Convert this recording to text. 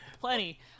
plenty